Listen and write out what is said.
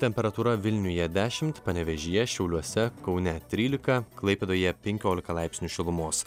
temperatūra vilniuje dešimt panevėžyje šiauliuose kaune trylika klaipėdoje penkiolika laipsnių šilumos